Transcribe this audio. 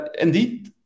indeed